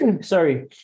sorry